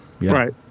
Right